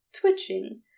twitching